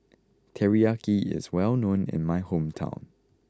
Teriyaki is well known in my hometown